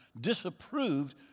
disapproved